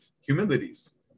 humilities